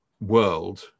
world